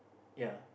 ya